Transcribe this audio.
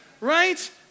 Right